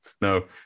No